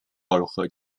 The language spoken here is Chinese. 昭和